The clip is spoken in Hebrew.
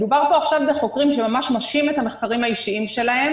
מדובר פה עכשיו בחוקרים שממש משהים את המחקרים האישיים שלהם